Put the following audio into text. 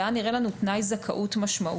זה היה נראה לנו כתנאי זכאות משמעותי.